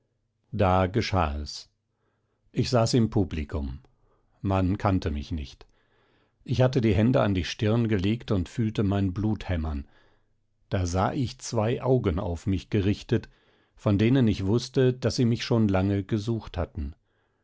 da geschah es ich saß im publikum man kannte mich nicht ich hatte die hände an die stirn gelegt und fühlte mein blut hämmern da sah ich zwei augen auf mich gerichtet von denen ich wußte daß sie mich schon lange gesucht hatten